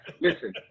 listen